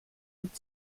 mit